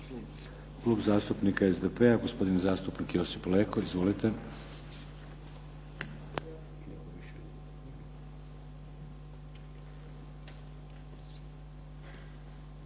Klub zastupnika SDP-a gospodin zastupnik Josip Leko. Izvolite.